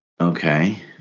Okay